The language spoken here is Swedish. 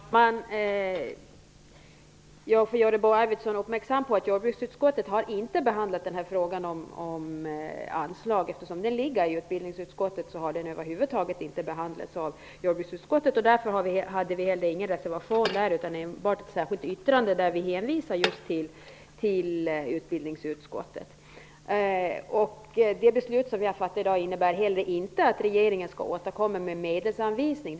Herr talman! Låt mig göra Bo Arvidson uppmärksam på att jordbruksutskottet inte har behandlat frågan om anslag. Eftersom den ligger i utbildningsutskottet har den över huvud taget inte behandlats av jordbruksutskottet. Det var därför vi inte hade någon reservation där utan enbart ett särskilt yttrande där vi hänvisade till utbildningsutskottet. Det beslut som vi har fattat i dag innebär inte heller att regeringen skall återkomma med en medelsanvisning.